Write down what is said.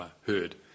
heard